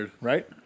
right